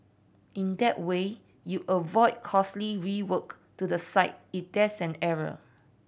in that way you avoid costly rework to the site it there's an error